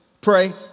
Pray